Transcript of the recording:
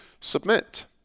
submit